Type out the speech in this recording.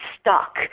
stuck